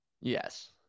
Yes